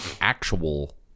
actual